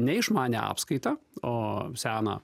neišmanią apskaitą o seną